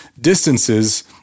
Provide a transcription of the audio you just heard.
distances